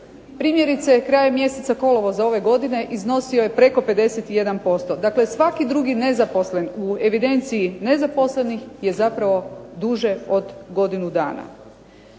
primjerice krajem mjeseca kolovoza ove godine iznosio je preko 51%, dakle svaki drugi nezaposlen u evidenciji nezaposlenih je zapravo duže od godinu dana.